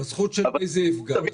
בזכות של מי זה יפגע?